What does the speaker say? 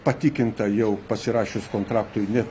patikinta jau pasirašius kontraktui net